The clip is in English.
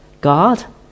God